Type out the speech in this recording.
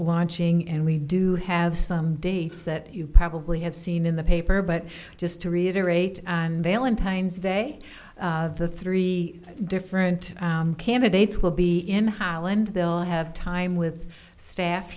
launching and we do have some dates that you probably have seen in the paper but just to reiterate valentine's day of the three different candidates will be in holland they'll have time with staff